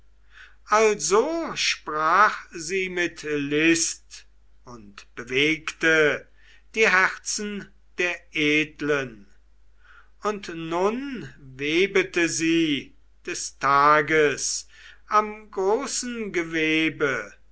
also sprach sie mit list und bewegte die herzen der edlen und nun webete sie des tages am großen gewebe